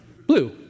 Blue